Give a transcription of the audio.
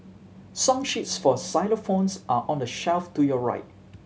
song sheets for xylophones are on the shelf to your right